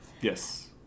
Yes